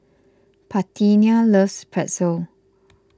Parthenia loves Pretzel